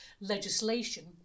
legislation